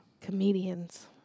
Comedians